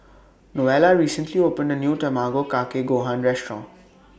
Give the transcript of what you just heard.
Novella recently opened A New Tamago Kake Gohan Restaurant